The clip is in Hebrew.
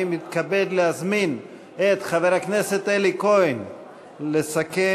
אני מתכבד להזמין את חבר הכנסת אלי כהן לסכם,